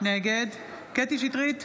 נגד קטי קטרין שטרית,